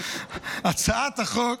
הצעת החוק